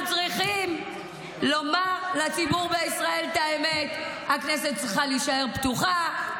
צריכים לומר לציבור בישראל את האמת: הכנסת צריכה להישאר פתוחה,